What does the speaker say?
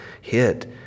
hit